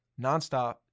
nonstop